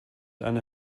einer